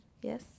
Yes